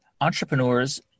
entrepreneurs